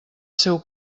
seu